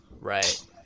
Right